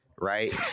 right